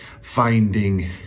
finding